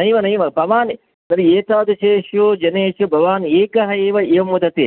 नैव नैव भवान् तर्हि एतादृशेषु जनेषु भवान् एकः एव एवं वदति